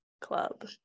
club